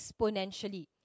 exponentially